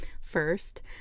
First